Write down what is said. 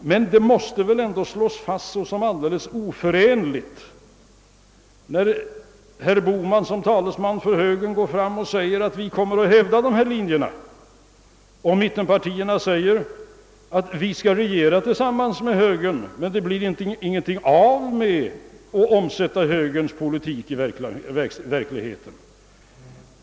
Men det måste väl ändå slås fast såsom två alldeles oförenliga ståndpunkter när herr Bohman såsom talesman för högern säger att högern kommer att hävda dessa ståndpunkter och mittenpartierna säger att de skall regera tillsammans med högern men att det inte kommer att bli något av med att omsätta högerns politik i verkligheten.